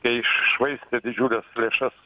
jie iššvaistė didžiules lėšas